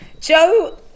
Joe